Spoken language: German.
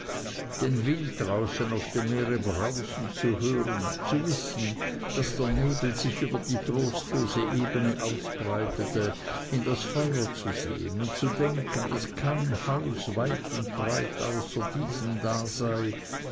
den wind draußen auf dem meere brausen zu hören zu wissen daß der nebel sich über die trostlose ebene ausbreitete in das feuer zu sehen und zu denken daß kein haus weit und breit außer diesem da sei